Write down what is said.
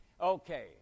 Okay